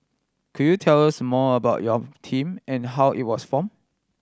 could you tell us more about your team and how it was form